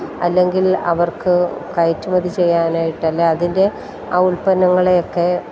അല്ലെങ്കിൽ അവർക്ക് കയറ്റുമതി ചെയ്യാനായിട്ട് അല്ലേൽ അതിൻ്റെ ആ ഉൽപ്പന്നങ്ങളെയൊക്കെ